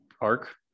arc